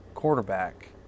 Quarterback